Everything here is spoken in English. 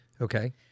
Okay